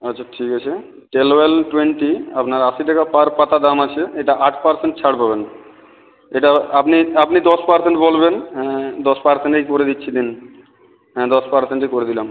আচ্ছা ঠিক আছে টেলোয়েল টোয়েন্টি আপনার আশি টাকা পার পাতা দাম আছে এটা আট পারসেন্ট ছাড় পাবেন এটা আপনি আপনি দশ পারসেন্ট বলবেন হ্যাঁ দশ পারসেন্টেই করে দিচ্ছি দেন হ্যাঁ দশ পারসেন্টই করে দিলাম